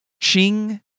Ching